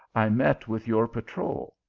i met with your patrol,